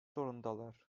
zorundalar